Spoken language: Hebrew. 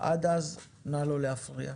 עד אז, נא לא להפריע.